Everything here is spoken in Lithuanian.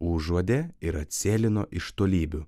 užuodė ir atsėlino iš tolybių